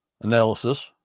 analysis